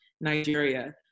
Nigeria